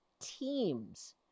teams